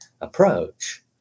approach